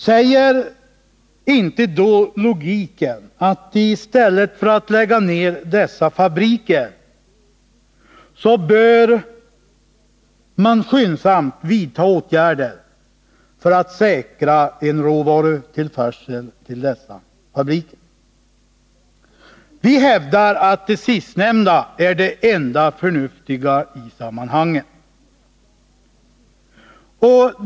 Säger inte då logiken att i stället för att lägga ner dessa fabriker, så bör man skyndsamt vidta åtgärder för att säkra en råvarutillförsel till dem? Vi hävdar att det sistnämnda är det enda förnuftiga i sammanhanget.